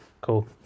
Cool